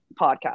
podcast